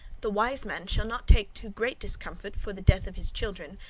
the wise man shall not take too great discomfort for the death of his children,